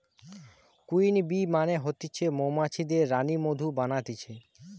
queen bee মানে হতিছে মৌমাছিদের রানী মধু বানাতিছে